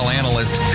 analyst